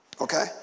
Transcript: Okay